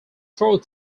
four